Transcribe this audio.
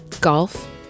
Golf